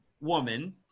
woman